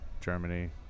Germany